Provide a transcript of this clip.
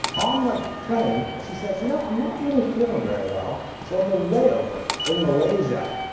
on the plane, she says, you know, i'm not really feeling very well. so on the layover in malaysia,